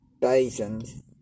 basins